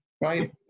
right